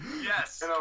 Yes